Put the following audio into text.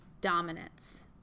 dominance